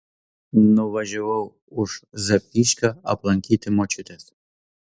nuvažiavau už zapyškio aplankyti močiutės